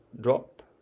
drop